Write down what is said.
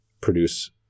produce